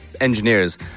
engineers